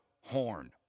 horn